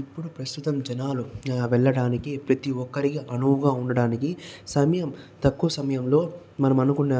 ఇప్పుడు ప్రస్తుతం జనాలు వెళ్ళడానికి ప్రతి ఒక్కరికి అనువుగా ఉండడానికి సమయం తక్కువ సమయంలో మనం అనుకున్న